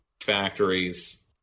factories